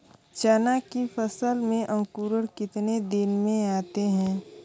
चना की फसल में अंकुरण कितने दिन में आते हैं?